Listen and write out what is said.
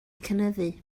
cynyddu